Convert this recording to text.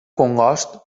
congost